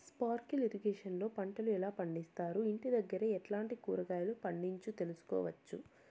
Sprinkle irrigation లో పంటలు ఎలా పండిస్తారు, ఇంటి దగ్గరే ఎట్లాంటి కూరగాయలు పండించు తెలుసుకోవచ్చు?